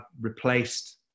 replaced